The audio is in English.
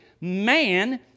man